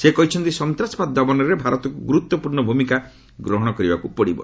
ସେ କହିଛନ୍ତି ସନ୍ତାସବାଦ ଦମନରେ ଭାରତକୁ ଗୁରୁତ୍ୱପୂର୍ଣ୍ଣ ଭୂମିକା ଗ୍ରହଣ କରିବାକୁ ପଡ଼ିବ